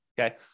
Okay